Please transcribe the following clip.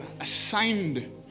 assigned